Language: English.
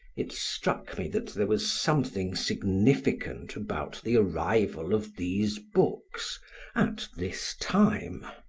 it struck me that there was something significant about the arrival of these books at this time.